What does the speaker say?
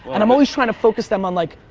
and i'm always trying to focus them on like,